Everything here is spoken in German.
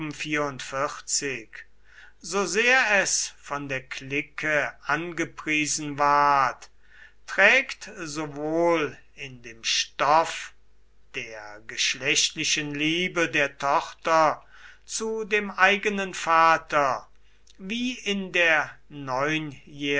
so sehr es von der clique angepriesen ward trägt sowohl in dem stoff der geschlechtlichen liebe der tochter zu dem eigenen vater wie in der